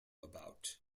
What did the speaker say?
about